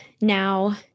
now